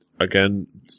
Again